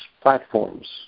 platforms